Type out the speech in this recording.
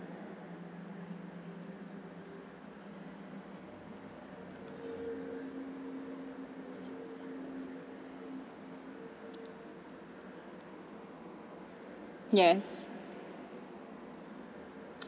yes